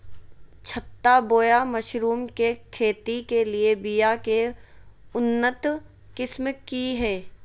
छत्ता बोया मशरूम के खेती के लिए बिया के उन्नत किस्म की हैं?